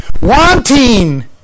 wanting